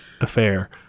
affair